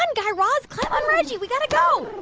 and guy raz, climb on reggie. we got to go